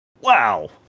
wow